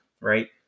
right